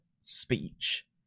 speech